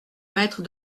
maître